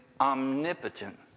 omnipotent